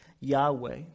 Yahweh